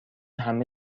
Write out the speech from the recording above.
همه